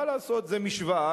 מה לעשות, זו משוואה.